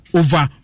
over